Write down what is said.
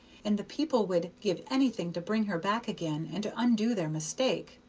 and the people would give anything to bring her back again, and to undo their mistake.